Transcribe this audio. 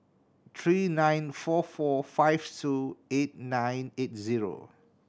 three nine four four five two eight nine eight zero